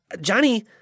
Johnny